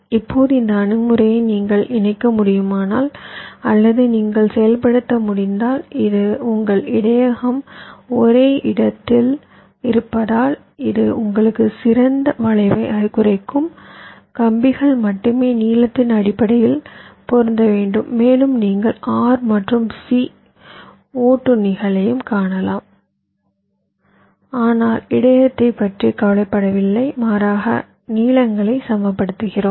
இப்போது இந்த அணுகுமுறை நீங்கள் இணைக்க முடியுமானால் அல்லது நீங்கள் செயல்படுத்த முடிந்தால் இது உங்கள் இடையகம் ஒரே இடத்தில் இருப்பதால் இது உங்களுக்கு சிறந்த வளைவைக் குறைக்கும் கம்பிகள் மட்டுமே நீளத்தின் அடிப்படையில் பொருந்த வேண்டும் மேலும் நீங்கள் R மற்றும் C ஒட்டுண்ணிகளைக் காணலாம் ஆனால் இடையகத்தைப் பற்றி கவலைப்படவில்லை மாறாக நீளங்களை சமப்படுத்துகிறோம்